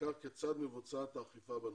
ובעיקר כיצד מבוצעת האכיפה בנושא.